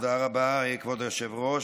תודה רבה, כבוד היושב-ראש.